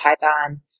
Python